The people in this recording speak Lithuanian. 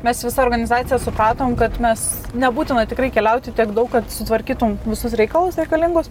mes visa organizacija supratom kad mes nebūtina tikrai keliauti tiek daug kad sutvarkytum visus reikalus reikalingus